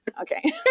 okay